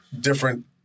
different